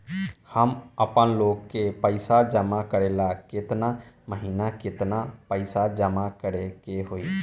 हम आपनलोन के पइसा जमा करेला केतना महीना केतना पइसा जमा करे के होई?